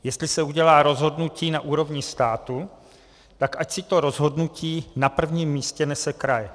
Jestli se rozhodnutí udělá na úrovni státu, tak ať si to rozhodnutí na prvním místě nese kraj (?).